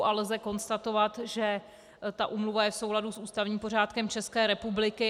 A lze konstatovat, že ta úmluva je v souladu s ústavním pořádkem České republiky.